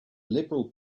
liberal